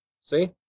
See